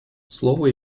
слово